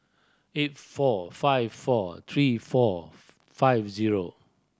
eight four five four three four five zero